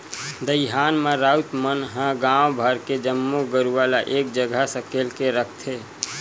दईहान म राउत मन ह गांव भर के जम्मो गरूवा ल एक जगह सकेल के रखथे